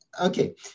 Okay